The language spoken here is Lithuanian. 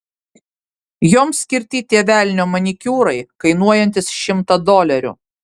joms skirti tie velnio manikiūrai kainuojantys šimtą dolerių